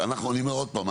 אני אומר עוד פעם,